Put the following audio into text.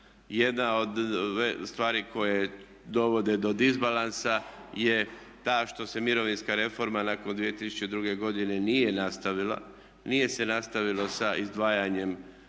Jedna od stvari koje dovode do disbalansa je ta što se mirovinska reforma nakon 2002.godine nije nastavila, nije se nastavilo sa izdvajanjem